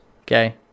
okay